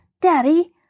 Daddy